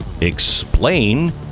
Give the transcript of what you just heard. explain